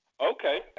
Okay